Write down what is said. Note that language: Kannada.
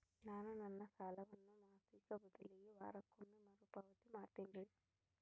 ನಾನು ನನ್ನ ಸಾಲವನ್ನು ಮಾಸಿಕ ಬದಲಿಗೆ ವಾರಕ್ಕೊಮ್ಮೆ ಮರುಪಾವತಿ ಮಾಡ್ತಿನ್ರಿ